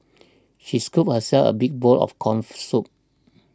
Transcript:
she scooped herself a big bowl of corn soup